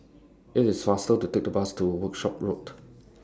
IT IS faster to Take The Bus to Workshop Road